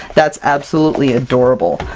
that's absolutely adorable!